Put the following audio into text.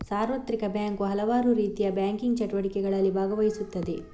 ಸಾರ್ವತ್ರಿಕ ಬ್ಯಾಂಕು ಹಲವಾರುರೀತಿಯ ಬ್ಯಾಂಕಿಂಗ್ ಚಟುವಟಿಕೆಗಳಲ್ಲಿ ಭಾಗವಹಿಸುತ್ತದೆ